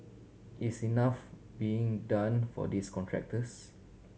is enough being done for these contractors